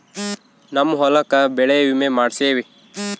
ನಮ್ ಹೊಲಕ ಬೆಳೆ ವಿಮೆ ಮಾಡ್ಸೇವಿ